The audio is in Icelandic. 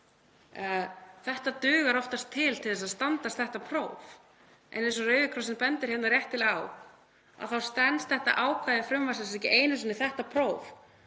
Þetta dugar oftast til til að standast þetta próf. Eins og Rauði krossinn bendir réttilega á þá stenst þetta ákvæði frumvarpsins ekki einu sinni þetta próf